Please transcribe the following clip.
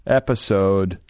episode